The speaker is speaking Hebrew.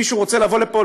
מי שרוצה לבוא לפה,